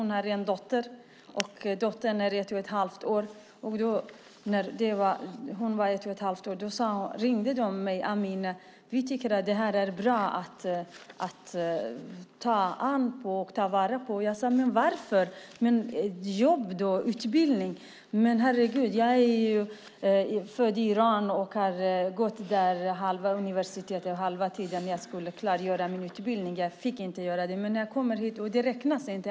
När hennes dotter var ett och ett halvt år ringde hon mig och sade: Amineh! Vi tycker att det här är bra och något att ta vara på. Jag sade: Men varför? Hur är det med jobb och utbildning? Hon svarade: Men herregud, jag är född i Iran och har gått halva tiden på universitet där. Jag skulle gå klar min utbildning. Jag fick inte göra det. Men när jag kom hit räknades det inte.